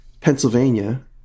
Pennsylvania